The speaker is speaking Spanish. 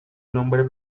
nombre